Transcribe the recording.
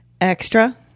extra